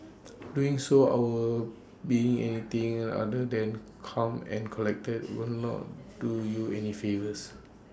doing so our being anything other than calm and collected will not do you any favours